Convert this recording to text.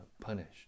punished